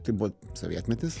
tai buvo sovietmetis